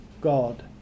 God